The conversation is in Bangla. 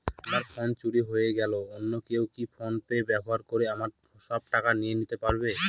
আমার ফোন চুরি হয়ে গেলে অন্য কেউ কি ফোন পে ব্যবহার করে আমার সব টাকা নিয়ে নিতে পারবে?